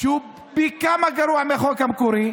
שהוא גרוע פי כמה מהחוק המקורי,